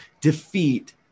defeat